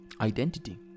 identity